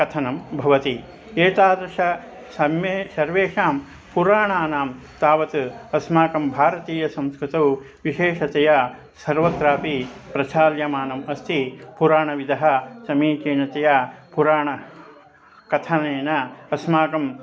कथनं भवति एतादृशसमये सर्वेषां पुराणानां तावत् अस्माकं भारतीयसंस्कृतौ विशेषतया सर्वत्रापि प्रचाल्यमानम् अस्ति पुराणविधः समीचीनतया पुराणकथनेन अस्माकं